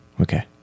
Okay